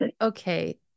okay